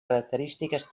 característiques